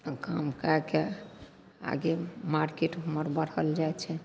आओर काम कै के आगे मार्केट हमर बढ़ल जाइ छै